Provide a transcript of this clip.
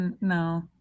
No